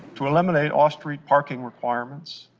to eliminate offstreet parking requirements,